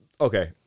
okay